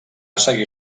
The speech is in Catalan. seguir